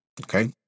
Okay